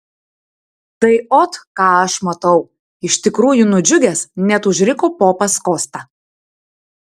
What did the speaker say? tai ot ką aš matau iš tikrųjų nudžiugęs net užriko popas kosta